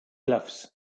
gloves